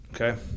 Okay